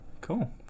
Cool